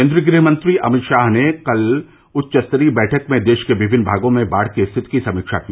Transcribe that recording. केन्द्रीय गृहमंत्री अमित शाह ने कल उच्च स्तरीय बैठक में देश के विभिन्न भागों में बाढ़ की स्थिति की समीक्षा की